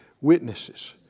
Witnesses